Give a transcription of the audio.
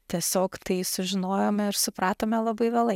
tiesiog tai sužinojome ir supratome labai vėlai